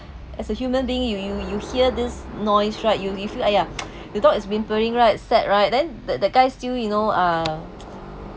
as a human being you you you hear this noise right you you you feel !aiya! the dog is whimpering right sad right then that that guy still you know uh